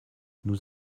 nous